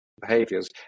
behaviors